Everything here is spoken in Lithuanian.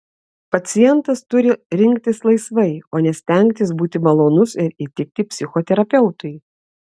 pacientas turi rinktis laisvai o ne stengtis būti malonus ir įtikti psichoterapeutui